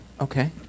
Okay